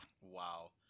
Wow